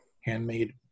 handmade